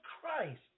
Christ